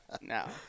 No